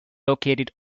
located